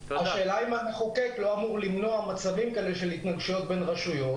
השאלה היא אם המחוקק לא אמור למנוע מצבים של התנגשויות בין רשויות.